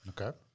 Okay